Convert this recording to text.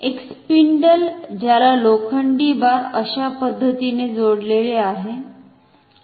एक स्पिंडल ज्याला लोखंडी बार अशापद्धतीने जोडलेले आहे